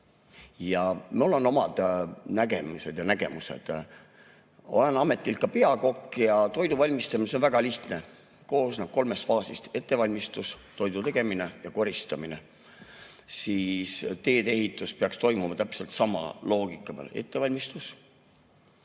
ja mul on omad nägemised ja nägemused. Olen ametilt ka peakokk. Toiduvalmistamine, see on väga lihtne, koosneb kolmest faasist: ettevalmistus, toidu tegemine ja koristamine. Tee-ehitus peaks toimuma täpselt sama loogika peal: ettevalmistus,